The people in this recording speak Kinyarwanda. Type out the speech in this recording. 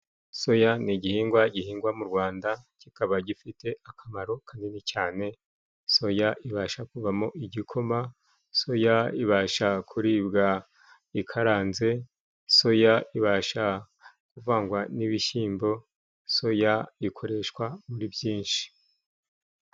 Soya ni igihingwa gihingwa mu Rwanda kikaba gifite akamaro kanini cyane, soya ibasha kuvamo igikoma soya ibasha kuribwa ikaranze soya ibasha kuvangwa n'ibishyimbo soya ikoreshwa muri byinshi.